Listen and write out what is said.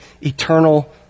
eternal